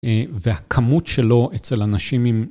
והכמות שלו אצל אנשים עם...